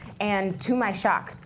and to my shock,